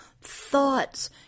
thoughts